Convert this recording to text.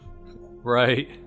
Right